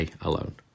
alone